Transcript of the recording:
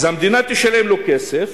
אז המדינה תשלם לו כסף